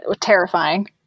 Terrifying